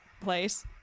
place